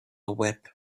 whip